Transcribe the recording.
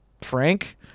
frank